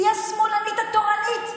היא השמאלנית התורנית?